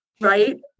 right